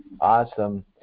awesome